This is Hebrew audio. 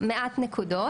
מעט נקודות.